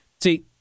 See